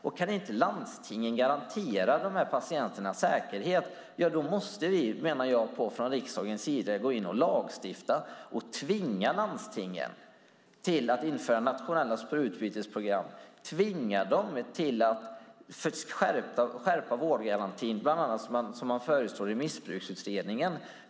Och kan inte landstingen garantera de här patienternas säkerhet menar jag att vi från riksdagens sida måste gå in och lagstifta och tvinga landstingen att införa nationella sprututbytesprogram och tvinga dem att skärpa vårdgarantin, som man bland annat föreslår i Missbruksutredningen.